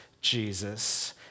Jesus